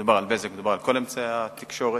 כשמדובר על בזק מדובר על כל אמצעי התקשורת.